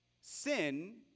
Sin